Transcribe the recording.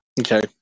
Okay